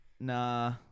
Nah